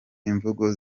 imvugo